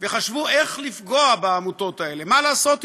וחשבו איך לפגוע בעמותות האלה, מה לעשות אתן,